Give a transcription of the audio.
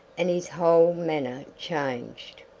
and his whole manner changed.